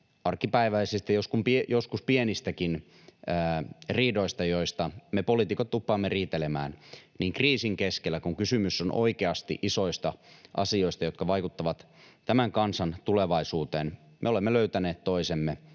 arkipäiväisistä, joskus pienistäkin riidoista, joista me poliitikot tuppaamme riitelemään, niin kriisin keskellä, kun kysymys on oikeasti isoista asioista, jotka vaikuttavat tämän kansan tulevaisuuteen, me olemme löytäneet toisemme